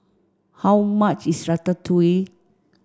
how much is Ratatouille